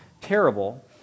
terrible